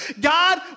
God